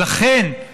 ולכן,